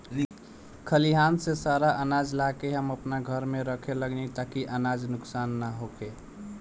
खलिहान से सारा आनाज ला के हम आपना घर में रखे लगनी ताकि अनाज नुक्सान ना होखे